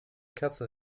katze